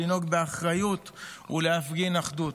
לנהוג באחריות ולהפגין אחדות.